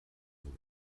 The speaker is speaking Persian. بودن